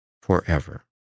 forever